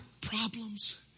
problems